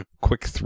quick